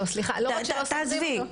תעזבי,